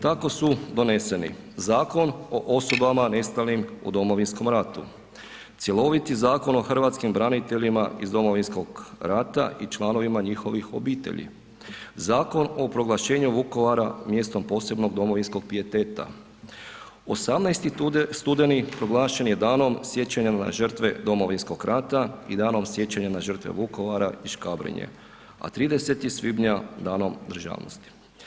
Tako su doneseni Zakon o osobama nestalim u Domovinskom ratu, cjeloviti Zakon o hrvatskim braniteljima iz Domovinskog rata i članovima njihovih obitelji, Zakon o proglašenju Vukovara mjestom posebnog domovinskog pijeteta, 18. studeni proglašen je Danom sjećanja na žrtve Domovinskog rata i Danom sjećanja na žrtve Vukovara i Škabrnje, a 30. svibnja Danom državnosti.